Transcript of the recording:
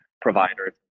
providers